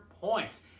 points